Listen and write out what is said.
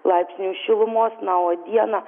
laipsnių šilumos na o dieną